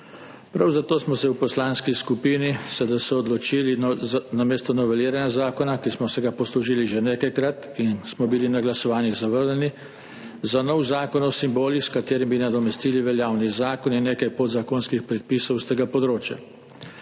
Prav zato smo se v Poslanski skupini SDS odločili namesto noveliranja zakona, ki smo se ga poslužili že nekajkrat in smo bili na glasovanjih zavrnjeni, za nov zakon o simbolih, s katerim bi nadomestili veljavni zakon in nekaj podzakonskih predpisov s tega področja.